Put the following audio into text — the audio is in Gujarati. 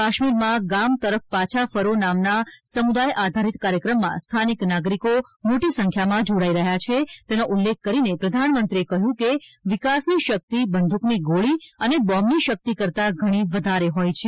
કાશ્મીરમાં ગામ તરફ પાછા ફરો નામના સમુદાય આધારિત કાર્યક્રમમાં સ્થાનિક નાગરીકો મોટી સંખ્યામાં જોડાઈ રહયા છે તેનો ઉલ્લેખ કરીને પ્રધાનમંત્રીએ કહયું હતું કે વિકાસની શકિત બંદુકની ગોળી અને બોમ્બની શકિત કરતા ઘણી વધારે હોય છે